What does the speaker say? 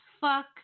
fuck